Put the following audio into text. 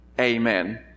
amen